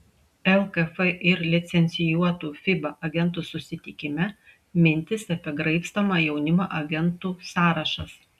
lkf ir licencijuotų fiba agentų susitikime mintys apie graibstomą jaunimą agentų sąrašas